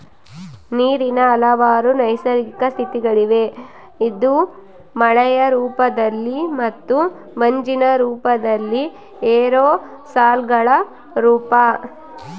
ನೀರಿನ ಹಲವಾರು ನೈಸರ್ಗಿಕ ಸ್ಥಿತಿಗಳಿವೆ ಇದು ಮಳೆಯ ರೂಪದಲ್ಲಿ ಮತ್ತು ಮಂಜಿನ ರೂಪದಲ್ಲಿ ಏರೋಸಾಲ್ಗಳ ರೂಪ